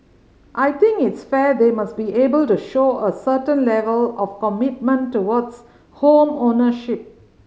I think it's fair they must be able to show a certain level of commitment towards home ownership